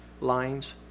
lines